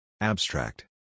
Abstract